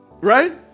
Right